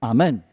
Amen